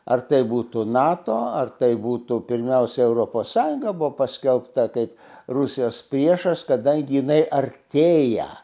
ar tai būtų nato ar tai būtų pirmiausia europos sąjunga buvo paskelbta kaip rusijos priešas kada gi jinai artėja